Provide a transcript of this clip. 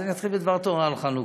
אז אתחיל בדבר תורה על חנוכה.